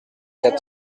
quatre